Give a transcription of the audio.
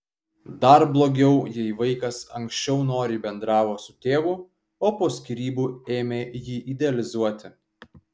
dar blogiau jei vaikas anksčiau noriai bendravo su tėvu o po skyrybų ėmė jį idealizuoti